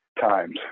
times